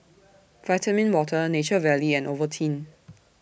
Vitamin Water Nature Valley and Ovaltine